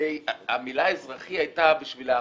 המילה אזרחי הייתה בשביל הערבים,